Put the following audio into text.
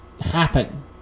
happen